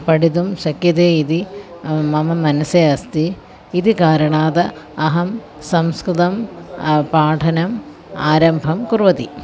पठितुं शक्यते इति मम मनसि अस्ति इति कारणात् अहं संस्कृतं पाठनम् आरम्भं कुर्वति